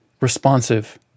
responsive